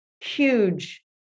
huge